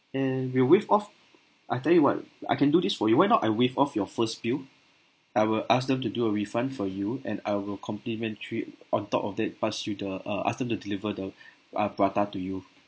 and we'll waive off I tell you what I can do this for you why not I waive off your first bill I will ask them to do a refund for you and I will complimentary on top of that pass you the uh ask them to deliver the uh prata to you